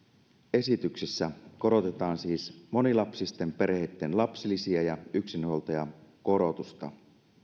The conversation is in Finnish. esityksessä korotetaan siis monilapsisten perheitten lapsilisiä ja yksinhuoltajakorotusta